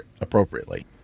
appropriately